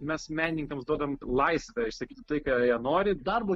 mes menininkams duodam laisvę išsakyti tai ką jie nori darbo